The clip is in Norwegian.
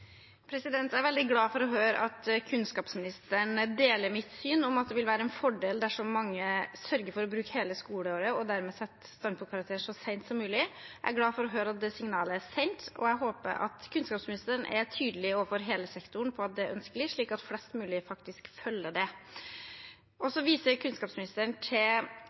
Jeg er veldig glad for å høre at kunnskapsministeren deler mitt syn om at det vil være en fordel dersom mange sørger for å bruke hele skoleåret, og dermed sette standpunktkarakter så sent som mulig. Jeg er glad for å høre at det signalet er sendt, og jeg håper kunnskapsministeren er tydelig overfor hele sektoren på at det er ønskelig, slik at flest mulig faktisk følger det. Så viser kunnskapsministeren til